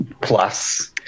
plus